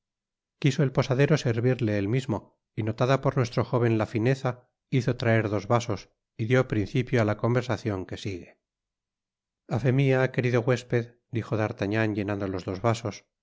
quiso el posadero servirle él mismo y notada por nuestro jóven la fineza hizo traer dos vasos y dió principio á la conversacion que sigue a fé mia querido huésped dijo d'artagnan llenando los dos vasos